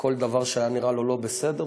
כל דבר שהיה נראה לו לא בסדר,